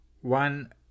One